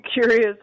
curious